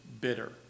bitter